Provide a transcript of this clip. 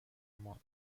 ماند